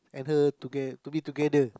her to get to be together